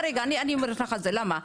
אני אומרת את זה, למה?